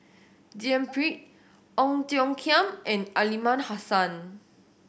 D N Pritt Ong Tiong Khiam and Aliman Hassan